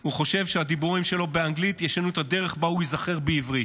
הוא חושב שהדיבורים שלו באנגלית ישנו את הדרך שבה הוא ייזכר בעברית.